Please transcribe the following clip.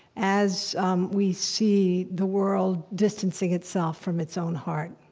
as um we see the world distancing itself from its own heart.